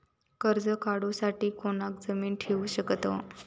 कर्ज काढूसाठी कोणाक जामीन ठेवू शकतव?